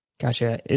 Gotcha